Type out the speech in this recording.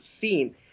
seen